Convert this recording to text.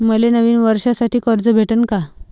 मले नवीन वर्षासाठी कर्ज भेटन का?